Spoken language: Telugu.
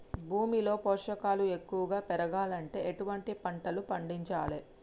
భూమిలో పోషకాలు ఎక్కువగా పెరగాలంటే ఎటువంటి పంటలు పండించాలే?